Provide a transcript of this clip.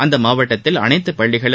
அந்த மாவட்டத்தில் அனைத்து பள்ளிகளும்